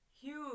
huge